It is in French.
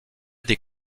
des